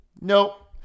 Nope